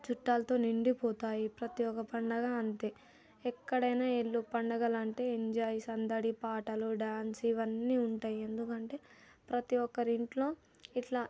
చుట్టాలతో నిండిపోతాయి ప్రతి ఒక్క పండుగ అంతే ఎక్కడైనా వెళ్ళు పండుగలు అంటే ఎంజాయ్ సందడి పాటలు డాన్స్ ఇవన్నీ ఉంటాయి ఎందుకంటే ప్రతి ఒక్కరి ఇంట్లో ఇట్లా